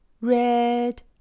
Red